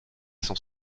sans